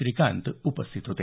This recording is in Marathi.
श्रीकांत उपस्थित होते